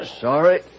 Sorry